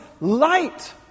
light